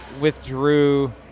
withdrew